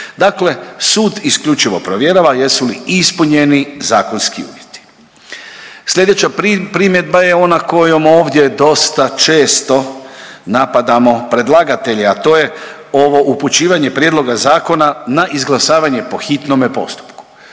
Dakle sud isključivo provjerava jesu li ispunjeni zakonski uvjeti. Sljedeća primjedba ona kojom ovdje dosta često napadamo predlagatelje, a to je ovo upućivanje prijedloga zakona na izglasavanje po hitnome postupku,